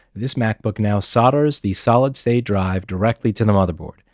this macbook now solders the solid-state drive directly to the motherboard.